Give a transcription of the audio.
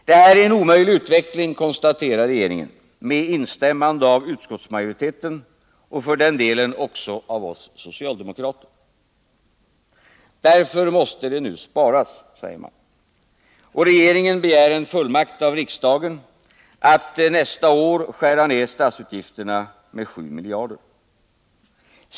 Detta är en omöjlig utveckling, konstaterar regeringen med instämmande av utskottsmajoriteten — och för den delen också av oss socialdemokrater. Därför måste det nu sparas, säger man. Och regeringen begär en fullmakt av riksdagen att nästa år skära ned statsutgifterna med 7 miljarder.